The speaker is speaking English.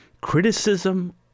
criticism